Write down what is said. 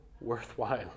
worthwhile